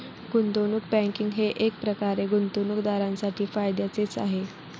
गुंतवणूक बँकिंग हे एकप्रकारे गुंतवणूकदारांसाठी फायद्याचेच आहे